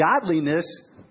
godliness